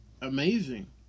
amazing